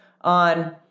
on